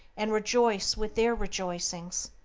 and rejoice with their rejoicings.